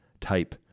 type